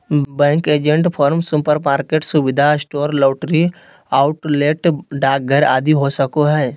bank agent farm, supermarket, सुविधा store, lottery outlet, डाकघर आदि हो सको हइ